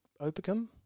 opicum